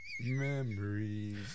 Memories